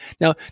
Now